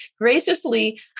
graciously